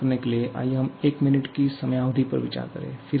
शुरुआत करने के लिए आइए हम 1 मिनट की समयावधि पर विचार करें